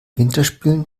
winterspielen